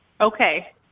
Okay